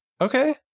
Okay